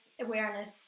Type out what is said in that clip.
awareness